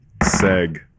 seg